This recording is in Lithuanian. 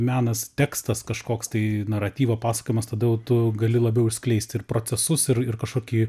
menas tekstas kažkoks tai naratyvo pasakojimas tada jau tu gali labiau skleisti ir procesus ir ir kažkokį